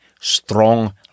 strong